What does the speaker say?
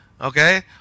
okay